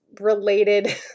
related